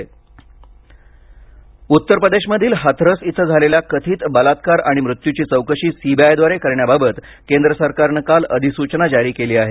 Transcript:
CBI Hathras उत्तर प्रदेशमधील हाथरस इथं झालेल्या कथित बलात्कार आणि मृत्यूची चौकशी सी बी आय द्वारे करण्याबाबत केंद्र सरकारने काल अधिसूचना जारी केली आहे